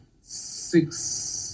six